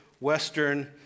Western